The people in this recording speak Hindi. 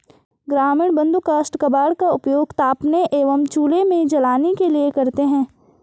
ग्रामीण बंधु काष्ठ कबाड़ का उपयोग तापने एवं चूल्हे में जलाने के लिए करते हैं